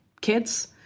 kids